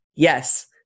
Yes